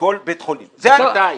כל בית חולים ומתי?